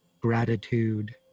gratitude